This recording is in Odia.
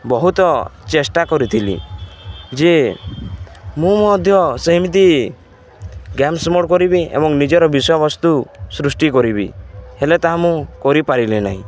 ବହୁତ ଚେଷ୍ଟା କରିଥିଲି ଯେ ମୁଁ ମଧ୍ୟ ସେମିତି ଗେମ୍ସ ମୋଡ଼ କରିବି ଏବଂ ନିଜର ବିଷୟବସ୍ତୁ ସୃଷ୍ଟି କରିବି ହେଲେ ତାହା ମୁଁ କରିପାରିଲି ନାହିଁ